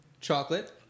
chocolate